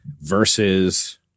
versus